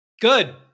Good